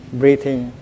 breathing